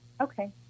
Okay